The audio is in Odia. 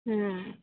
ହଁ